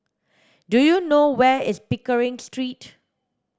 do you know where is Pickering Street